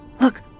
Look